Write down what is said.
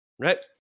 Right